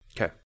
Okay